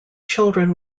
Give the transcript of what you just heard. children